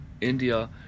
india